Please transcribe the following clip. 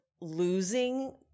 Losing